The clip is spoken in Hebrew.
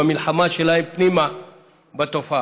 במלחמה שלהם פנימה בתופעה,